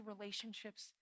relationships